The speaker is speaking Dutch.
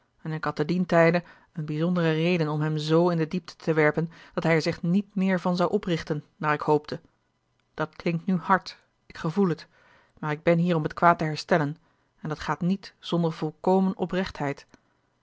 en ik had te dien tijde eene bijzondere reden om hem z in de diepte te werpen dat hij er zich niet meer van zou oprichten naar ik hoopte dat klinkt nu hard ik gevoel het maar ik ben hier om het kwaad te herstellen en dat gaat niet zonder volkomen